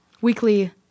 weekly